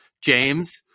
James